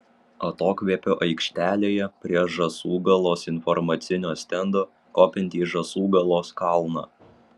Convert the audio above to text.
atokvėpio aikštelėje prie žąsūgalos informacinio stendo kopiant į žąsūgalos kalną